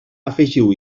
afegiu